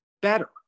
better